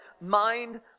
mind